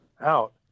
out